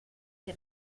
que